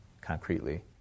concretely